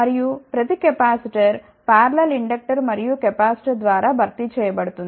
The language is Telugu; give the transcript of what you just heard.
మరియు ప్రతి కెపాసిటర్ పారలల్ ఇండక్టర్ మరియు కెపాసిటర్ ద్వారా భర్తీ చేయ బడుతుంది